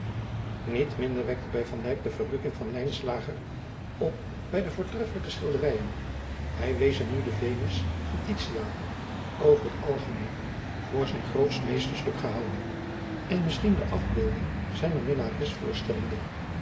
niet minder wekte van dijk de verrukking van lijnslager op bij de voortreffelijke schilderijen hij wees hem nu de venus van titiaan over het algemeen voor zijn grootst meesterstuk gehouden en misschien de afbeelding zijner minnares voorstellende